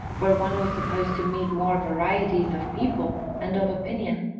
where one was supposed to meet more varieties of people and of opinion.